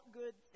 good